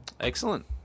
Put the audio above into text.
excellent